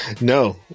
no